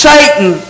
Satan